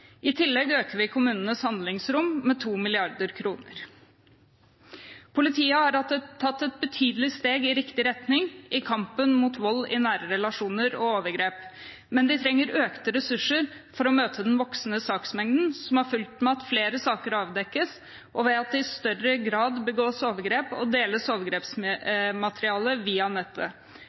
I tillegg øker vi kommunenes handlingsrom med 2 mrd. kr. Politiet har tatt et betydelig steg i riktig retning i kampen mot vold i nære relasjoner og overgrep. Men de trenger økte ressurser for å møte den voksende saksmengden som har fulgt med at flere saker avdekkes, og ved at det i større grad begås overgrep og at overgrepsmateriale deles over nettet.